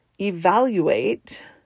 evaluate